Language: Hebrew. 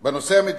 בנושא המדיני.